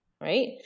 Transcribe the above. right